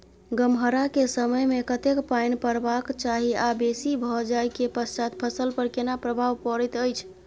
गम्हरा के समय मे कतेक पायन परबाक चाही आ बेसी भ जाय के पश्चात फसल पर केना प्रभाव परैत अछि?